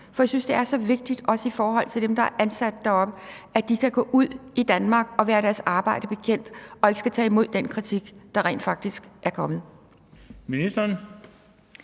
for jeg synes, det er så vigtigt, også i forhold til dem, der er ansat deroppe, at de kan gå ud i Danmark og være deres arbejde bekendt, og at de ikke skal tage imod den kritik, der rent faktisk er kommet. Kl.